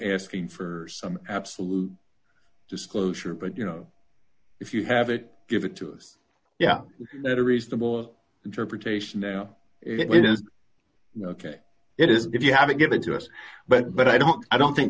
asking for some absolute disclosure but you know if you have it give it to us yeah at a reasonable interpretation no it is ok it is if you have it given to us but but i don't i don't think